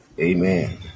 Amen